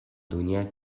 dunia